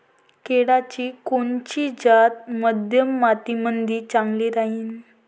केळाची कोनची जात मध्यम मातीमंदी चांगली राहिन?